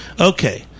okay